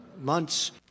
months